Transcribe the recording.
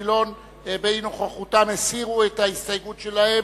גילאון באי-נוכחותם הסירו את ההסתייגות שלהם,